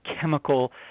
chemical